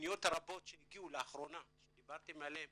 הפניות הרבות שהגיעו לאחרונה שדיברתם עליהן